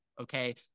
Okay